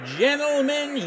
gentlemen